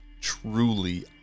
truly